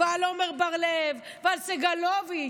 ועל עמר בר לב ועל סגלוביץ',